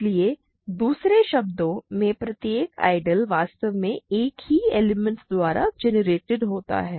इसलिए दूसरे शब्दों में प्रत्येक आइडियल I वास्तव में एक ही एलिमेंट द्वारा जनरेटेड होता है